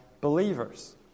believers